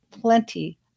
plenty